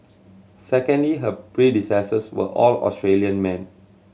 secondly her predecessors were all Australian men